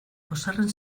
pozarren